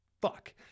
fuck